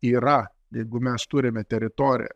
yra jeigu mes turime teritoriją